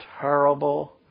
terrible